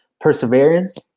perseverance